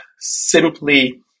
simply